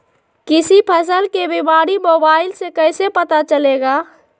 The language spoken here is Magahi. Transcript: किसी फसल के बीमारी मोबाइल से कैसे पता चलेगा?